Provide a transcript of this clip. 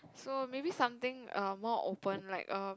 so maybe something err more open like um